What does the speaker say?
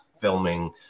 filming